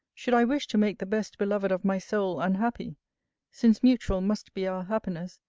should i wish to make the best-beloved of my soul unhappy since mutual must be our happiness,